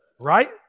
Right